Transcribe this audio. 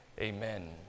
Amen